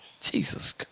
Jesus